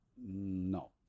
No